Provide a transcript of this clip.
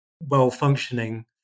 well-functioning